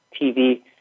TV